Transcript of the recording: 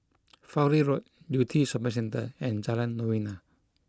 Fowlie Road Yew Tee Shopping Centre and Jalan Novena